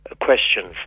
questions